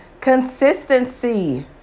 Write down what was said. consistency